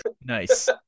Nice